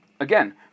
again